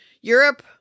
Europe